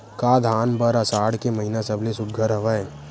का धान बर आषाढ़ के महिना सबले सुघ्घर हवय?